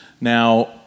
Now